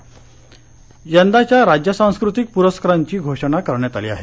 प्रस्कार यंदाच्या राज्य सांस्कृतिक प्रस्कारांची घोषणा करण्यात आली आहे